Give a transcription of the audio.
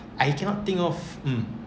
I cannot think of mm